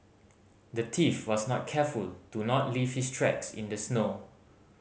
the thief was not careful to not leave his tracks in the snow